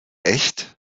echt